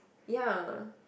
ya